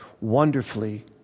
wonderfully